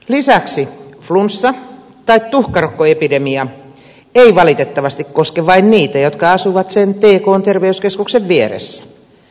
lisäksi flunssa tai tuhkarokkoepidemia ei valitettavasti koske vain niitä jotka asuvat sen tkn terveyskeskuksen vieressä